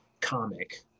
comic